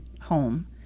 home